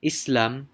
Islam